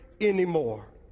anymore